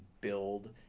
build